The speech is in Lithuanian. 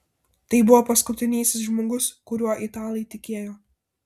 tai buvo paskutinysis žmogus kuriuo italai tikėjo